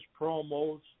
promos